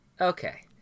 Okay